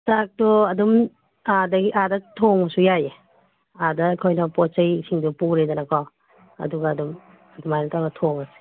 ꯆꯥꯛꯇꯣ ꯑꯗꯨꯝ ꯑꯥꯗꯒꯤ ꯑꯥꯗ ꯊꯣꯡꯕꯁꯨ ꯌꯥꯏꯑꯦ ꯑꯥꯗ ꯑꯩꯈꯣꯏꯅ ꯄꯣꯠ ꯆꯩ ꯁꯤꯡꯗꯣ ꯄꯨꯔꯦꯗꯅꯀꯣ ꯑꯗꯨꯒ ꯑꯗꯨꯝ ꯑꯗꯨꯃꯥꯏ ꯇꯧꯔꯒ ꯊꯣꯡꯉꯁꯤ